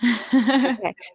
Okay